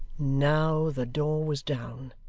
now, the door was down.